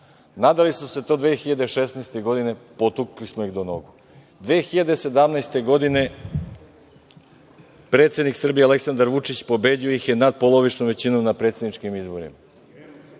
Nadali su se to 2016. godine, potukli smo ih do nogu. Godine 2017. predsednik Srbije, Aleksandar Vučić, pobedio ih je nadpolovičnom većinom na predsedničkim izborima.